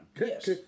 Yes